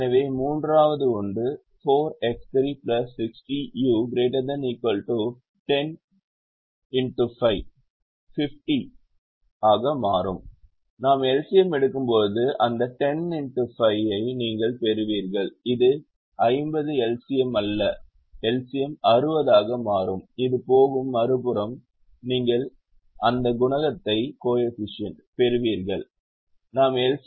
எனவே மூன்றாவது ஒன்று 4X3 60u ≥ 10x5 50 ஆக மாறும் நாம் LCM எடுக்கும்போது அந்த 10x5 ஐ நீங்கள் பெறுவீர்கள் இது 50 LCM அல்ல LCM 60 ஆக மாறும் இது போகும் மறுபுறம் நீங்கள் அந்த குணகத்தைப் பெறுவீர்கள் நாம் எல்